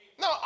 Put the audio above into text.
No